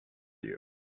you